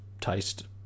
taste